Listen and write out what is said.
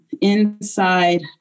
inside